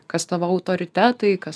kas tavo autoritetai kas